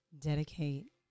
dedicate